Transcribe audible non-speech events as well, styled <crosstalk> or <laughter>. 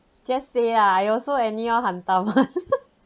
just say ah I also anyhow hantam <laughs>